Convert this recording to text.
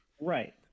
Right